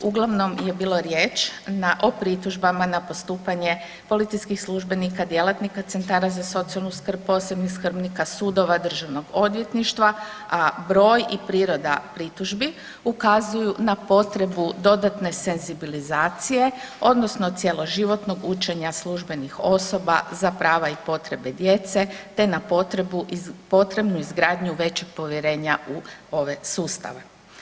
Uglavnom je bilo riječ o pritužbama na postupanja policijskih službenika, djelatnika centara za socijalnu skrb, posebnih skrbnika, sudova, državnog odvjetništva, a broj i priroda pritužbi ukazuju na potrebu dodatne senzibilizacije odnosno cjeloživotnog učenja službenih osoba za prava i potrebe djece te na potrebnu izgradnju većeg povjerenja u ove sustave.